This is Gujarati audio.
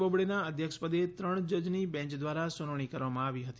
બોબડેના અધ્યક્ષપદે ત્રણ જજની બેંચ દ્વારા સુનાવણી કરવામાં આવી હતી